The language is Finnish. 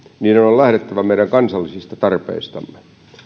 niiden on on lähdettävä meidän kansallisista tarpeistamme